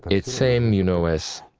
it's same, you know, as.